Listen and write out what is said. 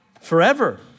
Forever